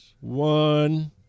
one